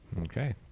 Okay